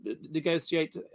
negotiate